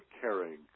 caring